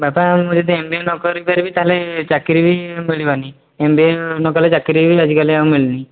ବାପା ମୁଁ ଯଦି ଏମ୍ ବି ଏ ନ କରି ପାରିବି ତା'ହେଲେ ଚାକିରି ବି ମିଳିବନି ଏମ୍ ବି ଏ ନ କଲେ ଚାକିରି ବି ଆଜି କାଲି ଆଉ ମିଳୁନି